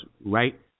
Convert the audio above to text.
right